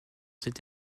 cet